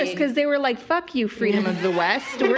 because they were like, fuck you, freedom of the west.